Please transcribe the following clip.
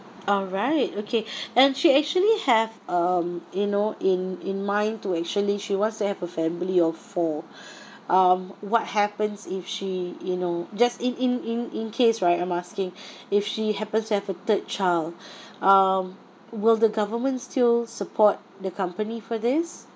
all right okay and she actually have um you know in in mind to actually she wants to have a family of four um what happens if she you know just in in in in case right I'm asking if she happens to have a third child um will the government still support the company for this